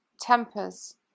tempers